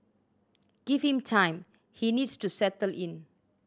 give him time he needs to settle in